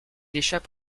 échappe